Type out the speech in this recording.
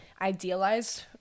idealized